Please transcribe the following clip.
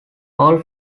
all